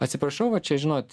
atsiprašau va čia žinot